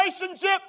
relationship